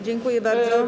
Dziękuję bardzo.